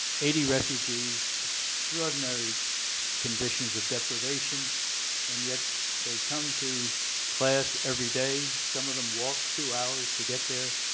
eighty refugees, extraordinary conditions of deprivation and yet they come to class every day. some of them walk two hours to get there.